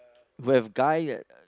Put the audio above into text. we have guy at